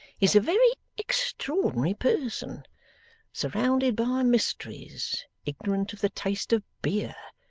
is a very extraordinary person surrounded by mysteries, ignorant of the taste of beer,